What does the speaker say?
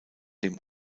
dem